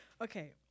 Okay